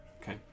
Okay